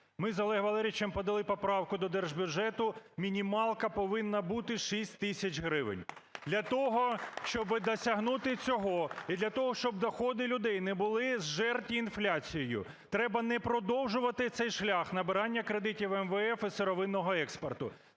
Ми з Олегом Валерійовичем подали поправку до Держбюджету:мінімалка повинна бути 6 тисяч гривень. Для того, щоб досягнути цього, і для того, щоб доходи людей не були зжерті інфляцією, треба не продовжувати цей шлях набирання кредитів МВФ і сировинного експорту,